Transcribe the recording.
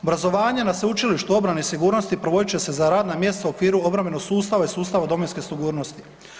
Obrazovanje na Sveučilištu obrane i sigurnosti provodit će se za radna mjesta u okviru obrambenog sustava i sustava domovinske sigurnosti.